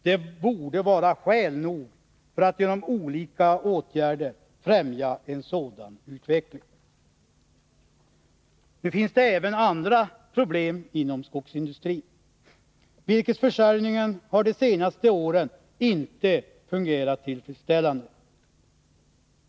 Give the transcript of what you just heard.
Det borde vara skäl nog för att genom olika åtgärder främja en sådan utveckling. Nu finns det även andra problem inom skogsindustrin. Virkesförsörjningen har de senaste åren inte fungerat tillfredsställande.